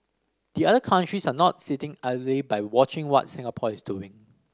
the other countries are not sitting idly by watching what Singapore is doing